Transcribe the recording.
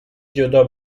جدا